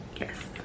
yes